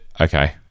okay